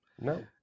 No